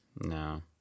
No